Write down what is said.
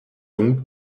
donc